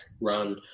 run